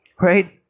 right